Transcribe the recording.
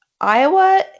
Iowa